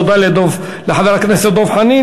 תודה לחבר הכנסת דב חנין.